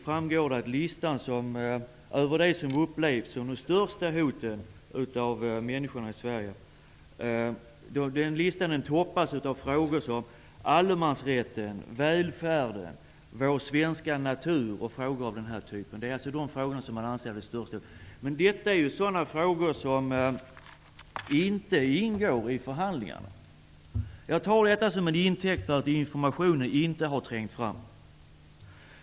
framgår att listan över det som av människorna i Sverige upplevs som de största hoten toppas av frågor som gäller allemansrätten, välfärden, den svenska naturen osv. Men det här är ju frågor som inte ingår i förhandlingarna! Jag tar detta som en intäkt för att informationen inte har trängt fram.